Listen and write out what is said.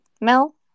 mel